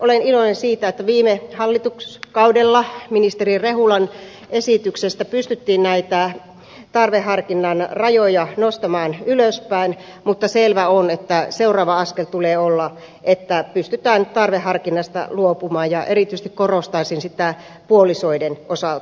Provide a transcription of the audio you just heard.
olen iloinen siitä että viime hallituskaudella ministeri rehulan esityksestä pystyttiin näitä tarveharkinnan rajoja nostamaan ylöspäin mutta selvää on että seuraavan askeleen tulee olla että pystytään tarveharkinnasta luopumaan ja erityisesti korostaisin sitä puolisoiden osalta